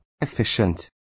efficient